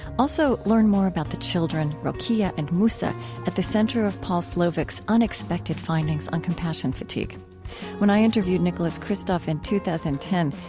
also, learn more about the children rokia and moussa at the center of paul slovic's unexpected findings on compassion fatigue when i interviewed nicholas kristof in two thousand and ten,